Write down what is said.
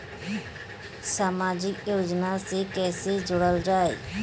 समाजिक योजना से कैसे जुड़ल जाइ?